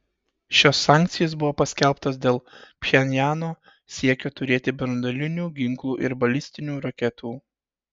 šios sankcijos buvo paskelbtos dėl pchenjano siekio turėti branduolinių ginklų ir balistinių raketų